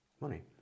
money